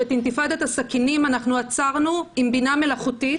שאת אינתיפאדת הסכינים אנחנו עצרנו עם בינה מלאכותית,